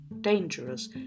dangerous